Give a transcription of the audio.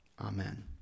Amen